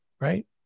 Right